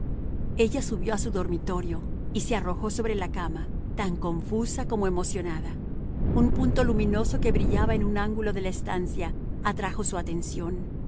ella subió a su dormitorio y se arrojó sobre la cama tan confusa como emocionada un punto luminoso que brillaba en un ángulo de la estancia atrajo su atención